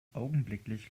augenblicklich